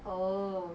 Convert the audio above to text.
oh